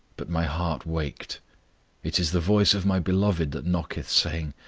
but my heart waked it is the voice of my beloved that knocketh saying,